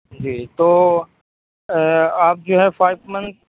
جی تو آپ جو ہے فائیو منتھ